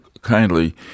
kindly